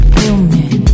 human